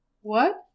What